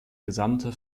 gesamte